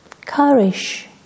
courage